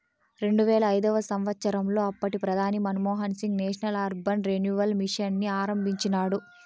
రెండువేల ఐదవ సంవచ్చరంలో అప్పటి ప్రధాని Manmohan Singh national urban renewal mission ని ఆరంభించినాడు